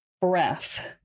breath